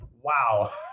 wow